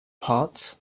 parts